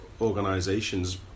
organizations